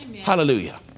Hallelujah